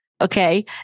okay